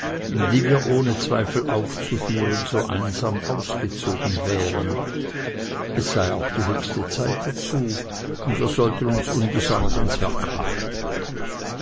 die wir ohne zweifel auszufahren so einsam ausgezogen wären es sei auch die höchste zeit dazu und wir wollten uns ungesäumt ans werk machen